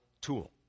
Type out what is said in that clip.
tool